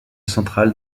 central